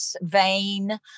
vain